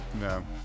No